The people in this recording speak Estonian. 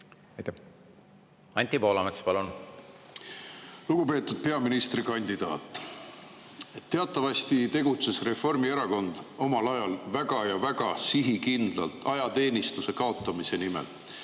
Anti Poolamets, palun! Lugupeetud peaministrikandidaat! Teatavasti tegutses Reformierakond omal ajal väga ja väga sihikindlalt ajateenistuse kaotamise nimel.